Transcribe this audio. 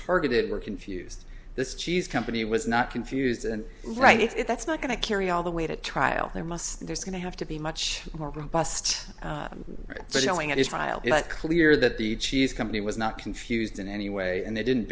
targeted were confused this cheese company was not confused and right if that's not going to carry all the way to trial there must there's going to have to be much more robust and yelling at his trial be clear that the cheese company was not confused in any way and they didn't